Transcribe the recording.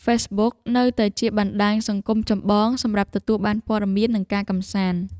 ហ្វេសប៊ុក នៅតែជាបណ្តាញសង្គមចម្បងសម្រាប់ទទួលបានព័ត៌មាន និងការកម្សាន្ត។